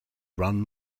run